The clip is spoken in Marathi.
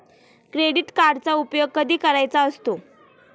क्रेडिट कार्डचा उपयोग कधी करायचा असतो?